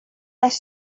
les